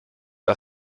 are